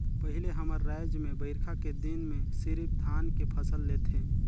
पहिले हमर रायज में बईरखा के दिन में सिरिफ धान के फसल लेथे